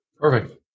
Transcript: Perfect